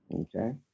Okay